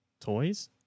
Toys